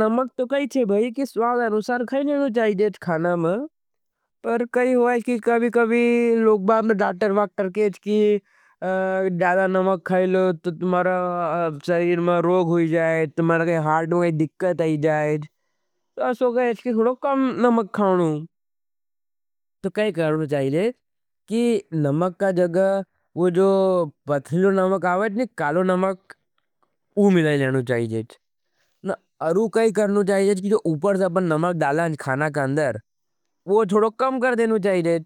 नमक तो कही छे भाई कि स्वाग अनूसार खाई लेनो चाहीजेट खाना में। पर कही होई कि कभी-कभी लोगबाद में डाटर वाक्टर केज की जादा नमक खाईलो तो तुम्हारा सरीर में रोग हुई जाएथ। तुम्हारा कै हाट में कै दिक्कत आई जाएथ तो असो कहेच। कि छोड़ो कम नमक खाऊणू तो कै करनो चाहीजेट कि नमक का जग़ा वो जो पत्रिलो नमक आवाएथ नी कालो नमक वो मिलाई लेनो चाहीजेथ न अरू कै करनो चाहीजेथ कि जो उपर से अपने नमक डाला हजं। खाना के अंदर वो छोड़ो कम कर देनो चाहीजेथ।